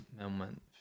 moment